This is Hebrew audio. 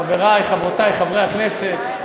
חברי וחברותי חברי הכנסת,